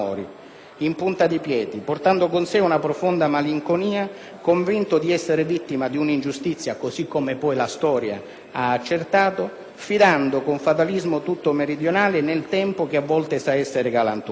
in punta di piedi, portando con sé una profonda malinconia, convinto di essere vittima di un'ingiustizia, così come la storia ha accertato, fidando con fatalismo tutto meridionale nel tempo che, a volte, sa essere galantuomo.